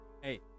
Hey